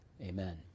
amen